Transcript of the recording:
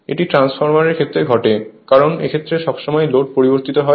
এটি ট্রান্সফরমারের ক্ষেত্রে ঘটে কারণ এক্ষেত্রে সবসময় লোড পরিবর্তিত হয়